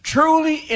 Truly